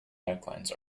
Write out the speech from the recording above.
necklines